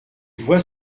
vois